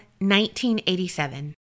1987